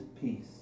peace